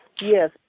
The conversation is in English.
yes